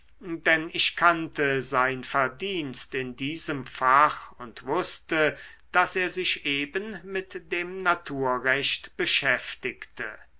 denn ich kannte sein verdienst in diesem fach und wußte daß er sich eben mit dem naturrecht beschäftigte